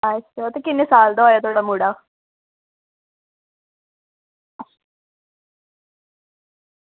अच्छा ते किन्ने साल दा होया थोह्ड़ा मुड़ा